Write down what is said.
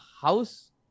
house